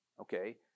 Okay